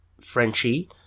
Frenchie